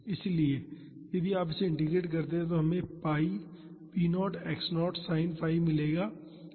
इसलिए यदि आप इसे इंटीग्रेट करते हैं तो हमें π p0 x0 sin 𝜙 मिलेगा